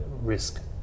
risk